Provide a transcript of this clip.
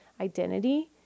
identity